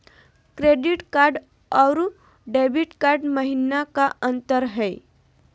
Credit card अरू debit card महिना का अंतर हई?